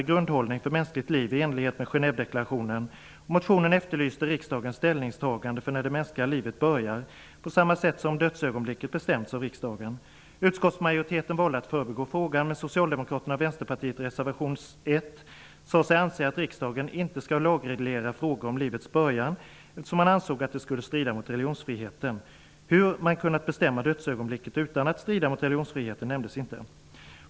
Genèvedeklarationen. Motionen efterlyste riksdagens ställningstagande för när det mänskliga livet börjar, på samma sätt som dödsögonblicket bestämts av riksdagen. Utskottsmajoriteten valde att förbigå frågan, medan Socialdemokraterna och Vänsterpartiet i reservation 1 sade sig anse att riksdagen inte skall lagreglera frågor om livets början, eftersom man ansåg att det skulle strida mot religionsfriheten. Hur man kunnat bestämma dödsögonblicket utan att det stred mot religionsfriheten nämndes inte.